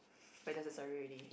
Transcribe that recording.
necessary already